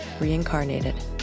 Reincarnated